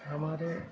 ہمارے